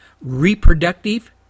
Reproductive